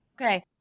Okay